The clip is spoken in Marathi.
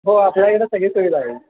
हो आपल्या इथं सगळी सुविधा आहे